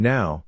Now